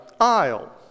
aisle